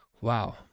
Wow